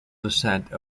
dissent